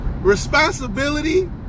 responsibility